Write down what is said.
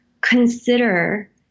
consider